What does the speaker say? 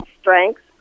strengths